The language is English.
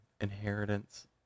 inheritance